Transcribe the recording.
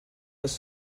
was